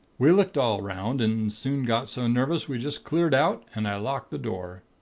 we looked all round, and soon got so nervous, we just cleared out, and i locked the door.